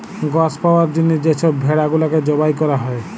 গস পাউয়ার জ্যনহে যে ছব ভেড়া গুলাকে জবাই ক্যরা হ্যয়